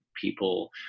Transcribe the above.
people